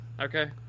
Okay